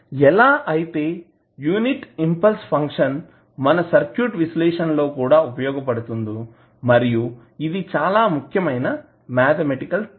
ఎలా అయితే unit impulse function మన సర్క్యూట్ విశ్లేషణ లో కూడా ఉపయోగపడుతుంది మరియు ఇది చాలా ముఖ్యమైన మాథమెటికల్ టూల్